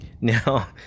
Now